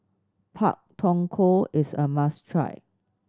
Pak Thong Ko is a must try